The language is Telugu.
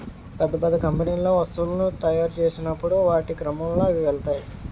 పెద్ద పెద్ద కంపెనీల్లో వస్తువులను తాయురు చేసినప్పుడు వాటి క్రమంలో అవి వెళ్తాయి